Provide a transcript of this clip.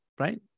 Right